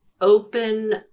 open